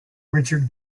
richard